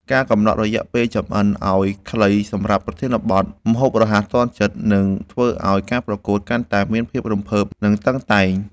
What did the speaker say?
ការកំណត់រយៈពេលចម្អិនឱ្យខ្លីសម្រាប់ប្រធានបទ ម្ហូបរហ័សទាន់ចិត្ត នឹងធ្វើឱ្យការប្រកួតកាន់តែមានភាពរំភើប និងតឹងតែង។